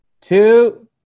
two